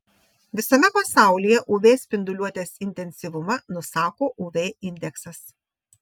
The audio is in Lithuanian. visame pasaulyje uv spinduliuotės intensyvumą nusako uv indeksas